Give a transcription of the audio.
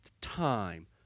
Time